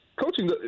Coaching